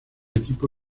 equipo